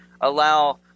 allow